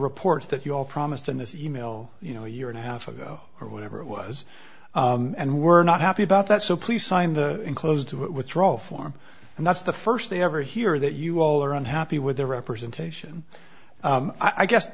reports that you all promised in this e mail you know a year and a half ago or whatever it was and we're not happy about that so please sign the enclosed to withdraw form and that's the first they ever hear that you all are unhappy with their representation i guess